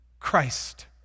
Christ